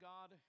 God